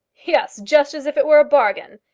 yes just as if it were a bargain!